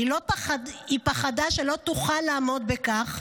היא פחדה שלא תוכל לעמוד בכך.